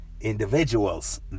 individuals